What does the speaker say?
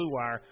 BlueWire